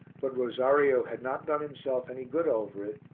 but rosario had not done himself any good over it,